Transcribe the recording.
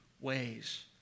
ways